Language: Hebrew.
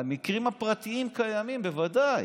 המקרים הפרטיים קיימים, בוודאי.